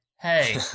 hey